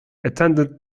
attended